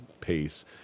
pace